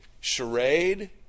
charade